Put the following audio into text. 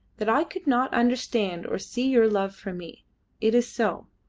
that i could not understand or see your love for me it is so.